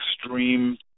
extreme